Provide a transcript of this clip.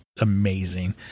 amazing